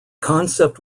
concept